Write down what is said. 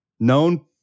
known